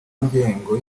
ngengo